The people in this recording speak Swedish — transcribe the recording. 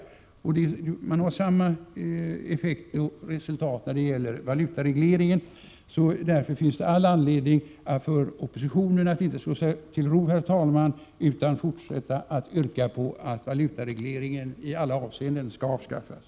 Socialdemokraterna får samma resultat med valutaregleringen. Därför finns det all anledning för oppositionen att inte slå sig till ro, herr talman, utan fortsätta att yrka på att valutaregleringen i alla avseenden skall avskaffas.